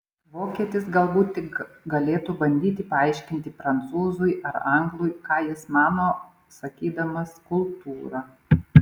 vokietis galbūt tik galėtų bandyti paaiškinti prancūzui ar anglui ką jis mano sakydamas kultūra